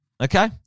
Okay